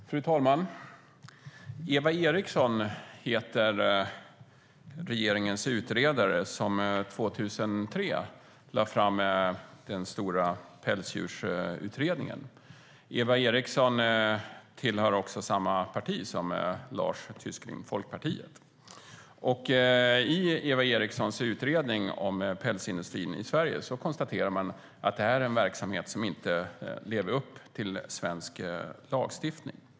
Fru talman! Eva Eriksson heter regeringens utredare som 2003 lade fram den stora pälsdjursutredningen. Eva Eriksson tillhör samma parti som Lars Tysklind, Folkpartiet. I Eva Erikssons utredning om pälsindustrin i Sverige konstateras att det är en verksamhet som inte lever upp till svensk lagstiftning.